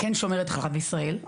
כן שומרת חלב ישראל,